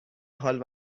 حال